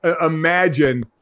imagine